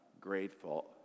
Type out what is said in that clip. grateful